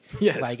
yes